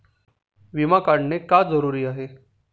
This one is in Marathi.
विमा काढणे का जरुरी आहे?